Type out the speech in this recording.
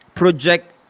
project